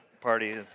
party